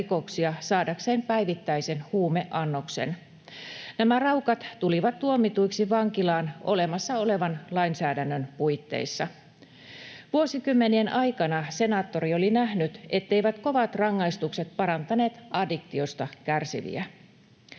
saadakseen päivittäisen huumeannoksen. Nämä raukat tulivat tuomituiksi vankilaan olemassa olevan lainsäädännön puitteissa. Vuosikymmenien aikana senaattori oli nähnyt, etteivät kovat rangaistukset parantaneet addiktiosta kärsiviä.